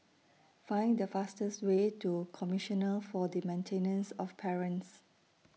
Find The fastest Way to Commissioner For The Maintenance of Parents